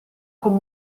con